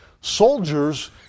soldiers